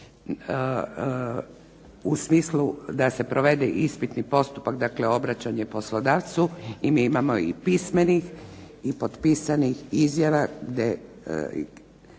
u smislu da se provede ispitni postupak, dakle obraćanje poslodavcu i mi imamo i pismenih i potpisanih izjava govore